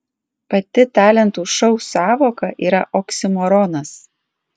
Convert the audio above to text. pati talentų šou sąvoka yra oksimoronas